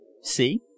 See